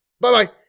Bye-bye